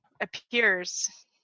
appears